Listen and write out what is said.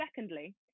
Secondly